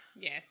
Yes